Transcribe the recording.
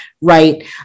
right